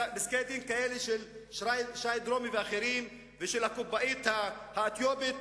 פסקי-דין כאלה של שי דרומי ואחרים ושל הקופאית האתיופית